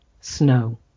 snow